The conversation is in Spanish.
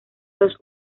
los